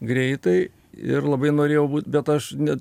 greitai ir labai norėjau būt bet aš ne